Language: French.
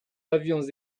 avions